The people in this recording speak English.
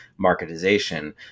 marketization